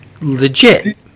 legit